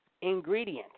ingredient